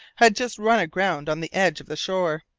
had just run aground on the edge of the shore.